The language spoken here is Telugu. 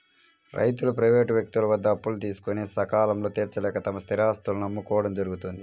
రైతులు ప్రైవేటు వ్యక్తుల వద్ద అప్పులు తీసుకొని సకాలంలో తీర్చలేక తమ స్థిరాస్తులను అమ్ముకోవడం జరుగుతోంది